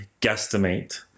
guesstimate